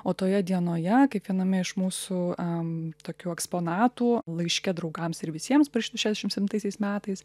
o toje dienoje kaip viename iš mūsų a tokių eksponatų laiške draugams ir visiems parašytam šešiasdešim septintaisiais metais